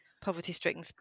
poverty-stricken